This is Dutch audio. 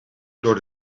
door